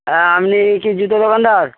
হ্যাঁ আপনি কি জুতোর দোকানদার